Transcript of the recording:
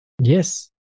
Yes